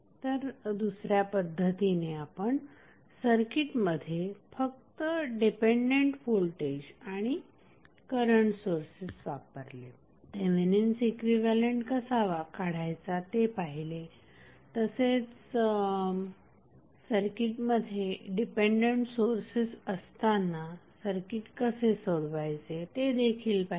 तर दुसऱ्या पद्धतीमध्ये आपण सर्किटमध्ये फक्त डिपेंडेंट व्होल्टेज आणि करंट सोर्सेस वापरले थेवेनिन्स इक्विव्हॅलेंट कसा काढायचा ते पाहिले तसेच सर्किटमध्ये डिपेंडंट सोर्सेस असताना सर्किट कसे सोडवायचे ते देखील पाहिले